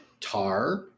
Tar